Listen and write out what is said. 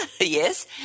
yes